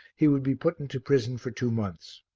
he would be put into prison for two months.